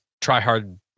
try-hard